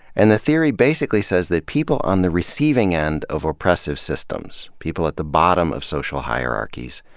and the theory basically says that people on the receiving end of oppressive systems, people at the bottom of social hierarchies,